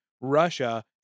Russia